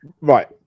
right